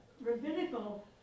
rabbinical